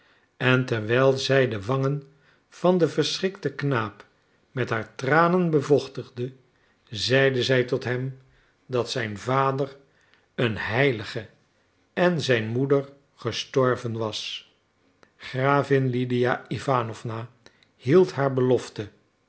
en terwijl zij de wangen van den verschrikten knaap met haar tranen bevochtigde zeide zij tot hem dat zijn vader een heilige en zijn moeder gestorven was gravin lydia iwanowna hield haar belofte